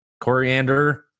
coriander